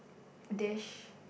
dish